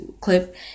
clip